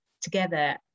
together